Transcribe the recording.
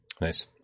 Nice